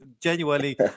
genuinely